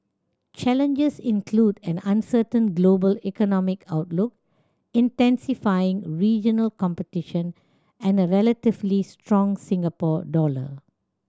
challenges include an uncertain global economic outlook intensifying regional competition and a relatively strong Singapore dollar